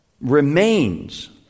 remains